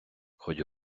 хоть